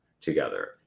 together